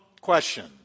question